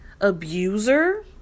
abuser